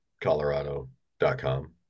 Colorado.com